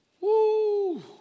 Woo